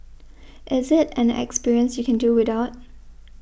is it an experience you can do without